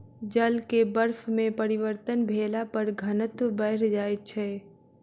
जल के बर्फ में परिवर्तन भेला पर घनत्व बैढ़ जाइत छै